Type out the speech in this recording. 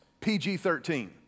PG-13